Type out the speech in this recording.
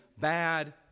bad